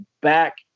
back